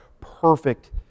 perfect